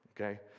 okay